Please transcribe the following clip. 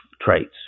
traits